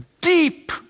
deep